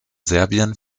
serbien